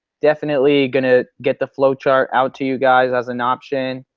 definitely going to get the flowchart out to you guys as an option.